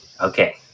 okay